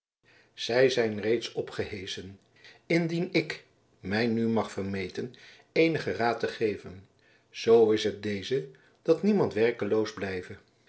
zij zijn reeds opgeheschen indien ik mij nu mag vermeten eenigen raad te geven zoo is het deze dat niemand werkeloos blijve